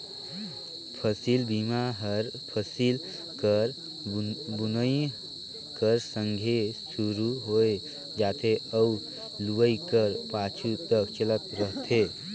फसिल बीमा हर फसिल कर बुनई कर संघे सुरू होए जाथे अउ लुवई कर पाछू तक चलत रहथे